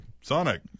Sonic